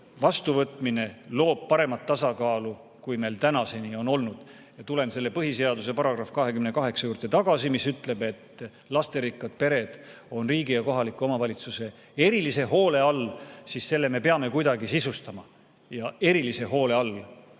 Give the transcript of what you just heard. vastuvõtmine loob paremat tasakaalu, kui meil tänaseni on olnud. Ja tulles selle põhiseaduse § 28 juurde tagasi, mis ütleb, et lasterikkad pered on riigi ja kohaliku omavalitsuse erilise hoole all, siis selle me peame kuidagi sisustama. "Erilise hoole all",